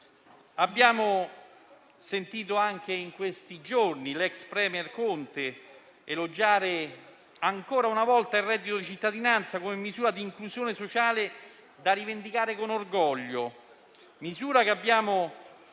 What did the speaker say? abbiamo anche sentito l'ex *premier* Conte elogiare ancora una volta il reddito di cittadinanza come misura di inclusione sociale da rivendicare con orgoglio; una misura - lo dobbiamo